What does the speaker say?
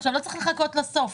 לא צריך לחכות לסוף.